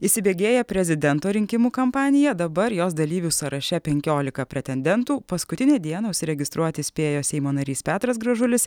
įsibėgėja prezidento rinkimų kampanija dabar jos dalyvių sąraše penkiolika pretendentų paskutinė dieną registruoti spėjo seimo narys petras gražulis